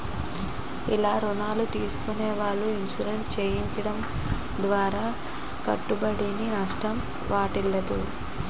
ఇల్ల రుణాలు తీసుకునే వాళ్ళు ఇన్సూరెన్స్ చేయడం ద్వారా కుటుంబానికి నష్టం వాటిల్లదు